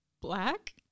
Black